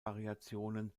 variationen